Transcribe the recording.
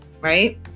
right